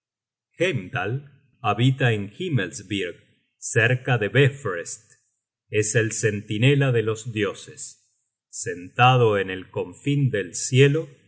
guldtopp heimdal habita en himmelsbioerg cerca de baefroest es el centinela de los dioses sentado en el confín del cielo